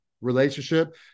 relationship